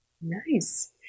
nice